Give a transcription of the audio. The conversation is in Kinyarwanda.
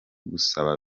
gusaba